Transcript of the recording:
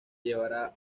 llevará